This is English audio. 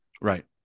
right